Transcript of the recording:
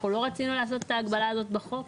אנחנו לא רצינו לעשות את ההגבלה הזאת בחוק.